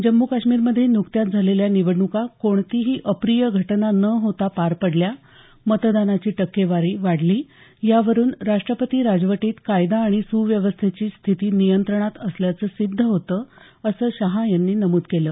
जम्मू काश्मीरमध्ये नुकत्याच झालेल्या निवडणुका कोणतीही अप्रिय घटना न होता पार पडल्या मतदानाची टक्केवारी वाढली यावरून राष्ट्रपती राजवटीत कायदा आणि सुव्यवस्थेची स्थिती नियंत्रणात असल्याचं सिद्ध होतं शहा यांनी नमूद केलं